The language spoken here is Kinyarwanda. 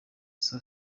sol